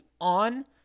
on